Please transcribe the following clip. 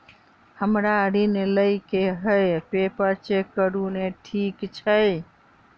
हमरा ऋण लई केँ हय पेपर चेक करू नै ठीक छई?